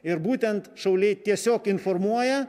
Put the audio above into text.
ir būtent šauliai tiesiog informuoja